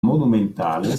monumentale